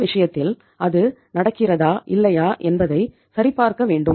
இந்த விஷயத்தில் அது நடக்கிறதா இல்லையா என்பதை சரிபார்க்க வேண்டும்